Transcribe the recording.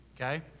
Okay